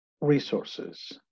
resources